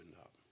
up